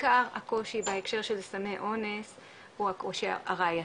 עיקר הקושי בהקשר של סמי אונס הוא הקושי הראייתי,